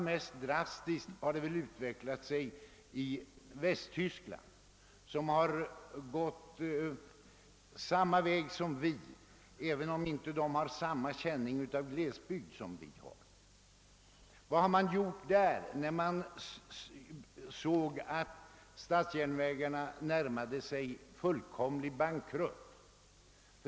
Mest drastisk har väl utvecklingen varit i Västtyskland, där man gått samma väg som vi, även om man där inte har samma känning av glesbygd som vi har. Vad gjorde man där när man märkte att statsjärnvägarna närmade sig fullkomlig bankrutt?